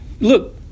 Look